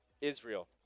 Israel